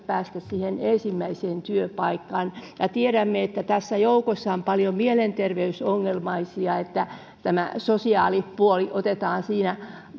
päästä siihen ensimmäiseen työpaikkaan tiedämme että tässä joukossa on paljon mielenterveysongelmaisia ja tämä sosiaalipuoli on otettava siinä